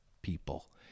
People